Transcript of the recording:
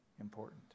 important